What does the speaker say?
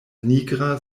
nigra